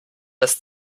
das